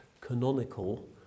canonical